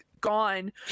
gone